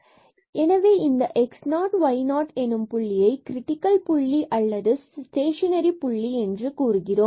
எனவே இந்த x0y0 புள்ளியை கிரிட்டிக்கல் புள்ளி அல்லது ஸ்டேஷனரி புள்ளி என்று கூறுகிறோம்